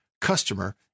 customer